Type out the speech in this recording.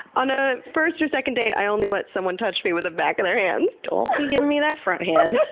on a first or second date. i only let someone touch me with the back of their hands. don't be giving me that front hand.